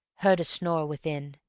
heard a snore within,